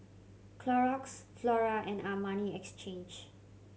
Clorox Flora and Armani Exchange